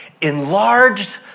enlarged